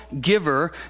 giver